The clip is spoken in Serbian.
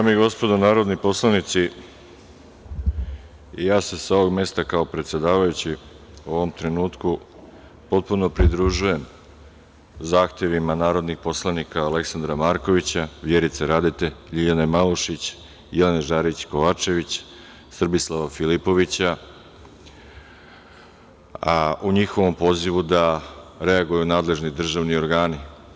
Dame i gospodo narodni poslanici, ja sa ovog mesta, kao predsedavajući u ovom trenutku potpuno pridružujem zahtevima narodnih poslanika Aleksandra Markovića, Vjerice Radete, Ljiljane Malušić, Jelene Žarić Kovačević, Srbislava Filipovića, u njihovom pozivu da reaguju nadležni državni organi.